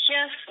Yes